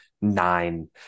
nine